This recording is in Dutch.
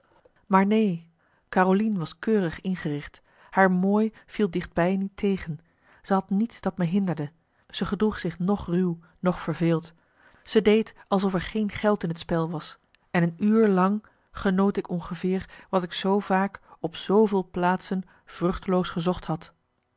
maar neen carolien was keurig ingericht haar mooi viel dichtbij niet tegen ze had niets dat me hinderde ze gedroeg zich noch ruw noch verveeld ze deed alsof er geen geld in het spel was en een uur lang genoot ik ongeveer wat ik zoo vaak op zooveel plaatsen vruchteloos gezocht had